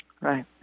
Right